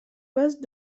bases